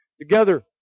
together